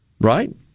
right